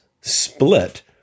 split